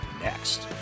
next